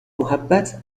محبت